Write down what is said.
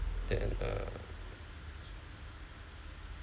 than uh